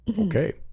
Okay